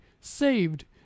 Saved